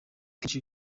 kenshi